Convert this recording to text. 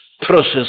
process